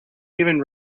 even